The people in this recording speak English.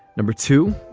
number two.